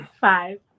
Five